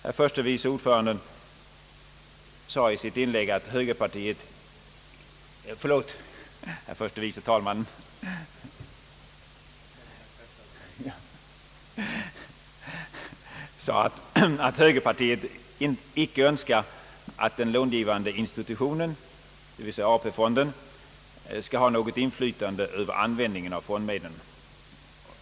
Herr förste vice talmannen sade i sitt inlägg att högerpartiet icke önskar att den långivande institutionen, dvs. AP fonden, skall ha något inflytande över användningen av fondmedel.